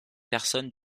personnes